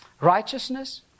Righteousness